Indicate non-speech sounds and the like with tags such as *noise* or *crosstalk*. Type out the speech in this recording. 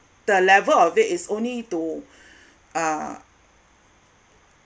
the level of it is only to *breath* uh